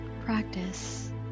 practice